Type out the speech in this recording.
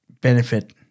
benefit